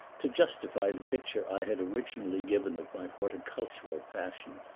to justify the picture i had originally given of my horticultural passion.